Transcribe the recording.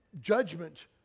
judgment